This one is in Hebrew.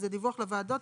וזה דיווח לוועדות,